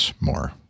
more